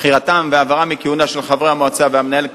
בחירתם והעברתם מכהונה של חברי המועצה והמנהל הכללי,